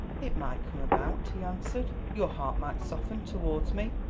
it might come about, he answered your heart might soften towards me.